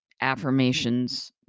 affirmations